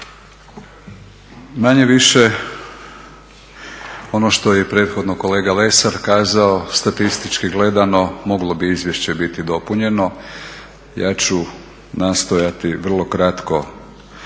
Manje-više ono što je prethodno i kolega Lesar kazao statistički gledano moglo bi izvješće biti dopunjeno. Ja ću nastojati vrlo kratko